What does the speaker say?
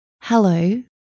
Hello